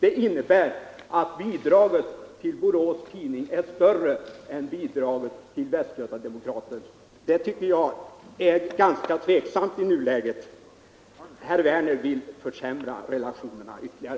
Detta innebär att bidraget till Borås Tidning är större än bidraget till Presstöd Västgötademokraten. Det tycker jag är ganska tveksamt i nuläget. Herr Werner vill försämra relationerna ytterligare.